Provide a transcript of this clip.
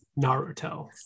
Naruto